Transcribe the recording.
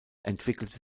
entwickelte